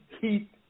heat